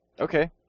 Okay